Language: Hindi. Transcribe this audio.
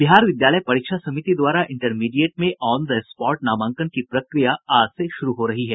बिहार विद्यालय परीक्षा समिति द्वारा इंटरमीडिएट में ऑन द स्पॉट नामांकन की प्रक्रिया आज से शुरू हो रही है